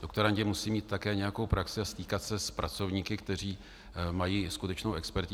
Doktorandi musí mít také nějakou praxi a stýkat se s pracovníky, kteří mají skutečnou expertizu.